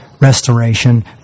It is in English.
restoration